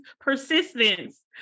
persistence